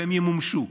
והם ימומשו.